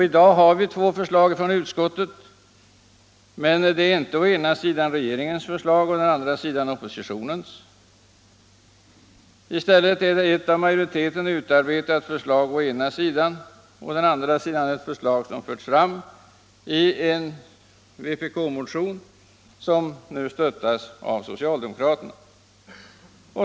I dag föreligger två förslag från utskottet, men det är inte å ena sidan regeringens förslag och å andra sidan oppositionens. I stället är det ett av majoriteten utarbetat förslag å ena sidan och å andra sidan ett förslag som förts fram i en vpk-motion, som nu stöttas av socialdemokraterna.